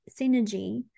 synergy